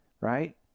right